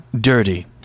dirty